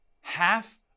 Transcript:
half